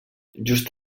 just